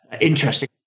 Interesting